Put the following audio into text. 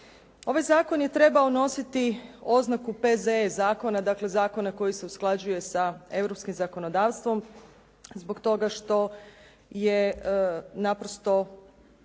Ovaj zakon je trebao nositi oznaku P.Z.E. zakona, dakle zakona koji se usklađuje sa europskim zakonodavstvom zbog toga što je naprosto